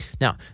Now